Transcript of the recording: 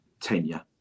tenure